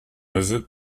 neveu